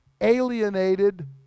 alienated